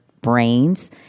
brains